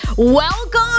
Welcome